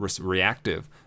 reactive